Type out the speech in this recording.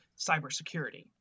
cybersecurity